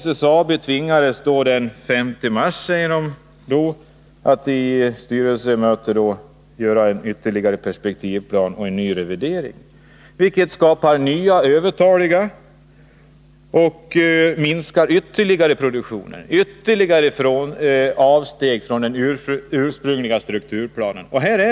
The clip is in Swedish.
SSAB tvingades efter styrelsemöte den 5 mars göra ytterligare en perspektivplan och en ny revidering. Det gör att ännu fler anställda blir övertaliga och att produktionen minskar ytterligare. Det betyder att man gör ännu ett avsteg från den ursprungliga strukturplanen.